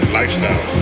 lifestyle